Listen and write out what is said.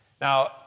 Now